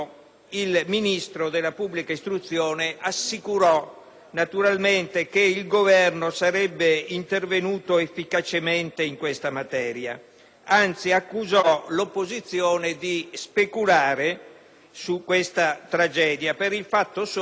assicurò che il Governo sarebbe intervenuto efficacemente in materia; anzi, accusò l'opposizione di speculare su questa tragedia solo per il fatto che l'opposizione esponeva i dati di fatto, cioè